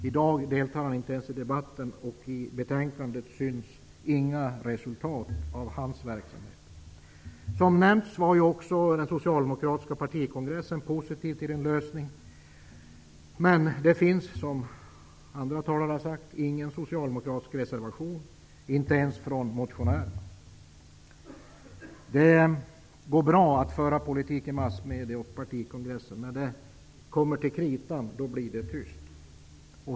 I dag deltar han inte ens i debatten, och i betänkandet syns inga resultat av hans verksamhet. Som tidigare nämnts var också den socialdemokratiska partikongressen positiv till en lösning. Men som andra talare har sagt finns det ingen socialdemokratisk reservation, inte ens från motionärerna. Det går bra att föra politik i massmedia och på partikongressen. Men när det kommer till kritan blir det tyst.